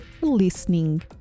listening